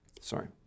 Sorry